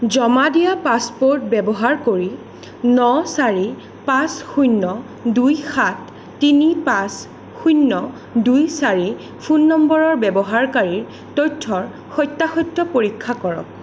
জমা দিয়া পাছপ'ৰ্ট ব্যৱহাৰ কৰি ন চাৰি পাঁচ শূন্য দুই সাত তিনি পাঁচ শূন্য দুই চাৰি ফোন নম্বৰৰ ব্যৱহাৰকাৰীৰ তথ্যৰ সত্য়াসত্য় পৰীক্ষা কৰক